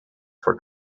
for